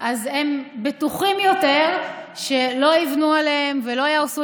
אז הם בטוחים יותר שלא יבנו עליהם ולא יהרסו